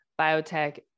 biotech